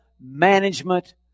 management